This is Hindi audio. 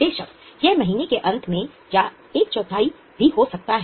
बेशक यह महीने के अंत में या एक चौथाई भी हो सकता है